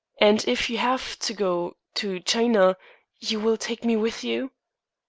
and if you have to go to china you w-will take me with you?